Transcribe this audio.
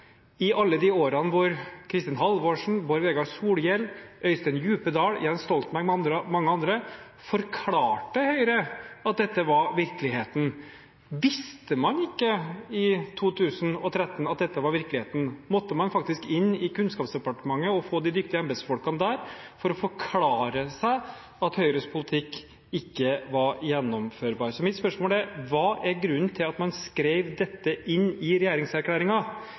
i alle de årene Kristin Halvorsen, Bård Vegar Solhjell, Øystein Djupedal, Jens Stoltenberg og mange andre forklarte Høyre at dette var virkeligheten. Visste man ikke i 2013 at dette var virkeligheten? Måtte man faktisk inn i Kunnskapsdepartementet og få de dyktige embetsfolkene der til å få seg forklart at Høyres politikk ikke var gjennomførbar? Mitt spørsmål er: Hva var grunnen til at man skrev dette inn i